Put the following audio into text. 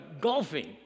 golfing